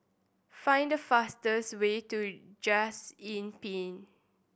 find the fastest way to Just Inn Pine